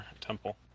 temple